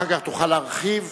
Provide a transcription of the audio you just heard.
אחר כך תוכל להרחיב,